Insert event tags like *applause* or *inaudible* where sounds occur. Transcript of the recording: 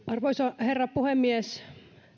*unintelligible* arvoisa herra puhemies